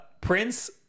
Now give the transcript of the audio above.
Prince